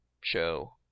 show